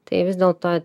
tai vis dėl to